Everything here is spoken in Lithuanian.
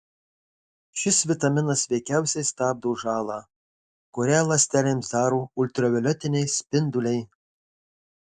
šis vitaminas veikiausiai stabdo žalą kurią ląstelėms daro ultravioletiniai spinduliai